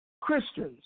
Christians